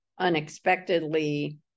unexpectedly